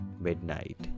midnight